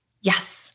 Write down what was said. yes